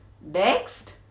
next